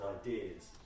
ideas